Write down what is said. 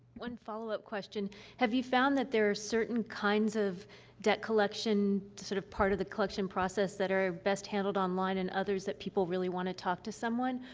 one follow-up question have you found that there are certain kinds of debt collection, sort of, part of the collection process, that are best handled online and others that people really want to talk to someone,